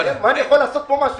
מה זה מאיים?